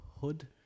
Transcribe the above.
hood